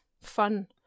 fun